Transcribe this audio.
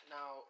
Now